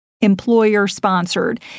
employer-sponsored